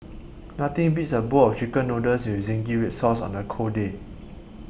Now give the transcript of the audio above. nothing beats a bowl of Chicken Noodles with Zingy Red Sauce on a cold day